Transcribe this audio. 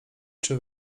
czy